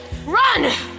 Run